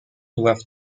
doivent